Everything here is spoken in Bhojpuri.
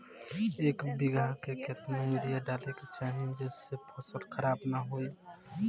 एक बीघा में केतना यूरिया डाले के चाहि जेसे फसल खराब ना होख?